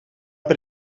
per